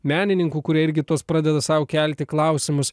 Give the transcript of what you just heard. menininkų kurie irgi tuos pradeda sau kelti klausimus